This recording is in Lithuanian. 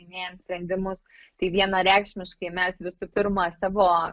priiminėjant sprendimus tai vienareikšmiškai mes visų pirma savo